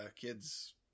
kids